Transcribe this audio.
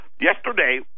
yesterday